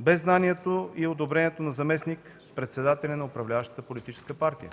без знанието и одобрението на заместник-председателя на управляващата политическа партия.